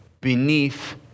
beneath